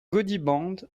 gaudiband